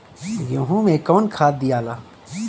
गेहूं मे कौन खाद दियाला?